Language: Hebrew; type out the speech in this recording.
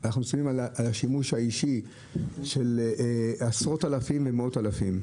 אני מדבר על השימוש האישי של עשרות אלפים ומאות אלפים.